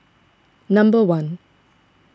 number one